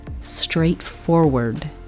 straightforward